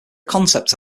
concept